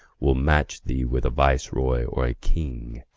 will match thee with a viceroy or a king.